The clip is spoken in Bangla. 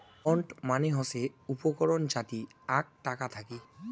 বন্ড মানে হসে উপকরণ যাতি আক টাকা থাকি